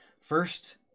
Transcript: First